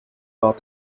war